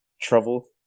Trouble